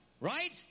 Right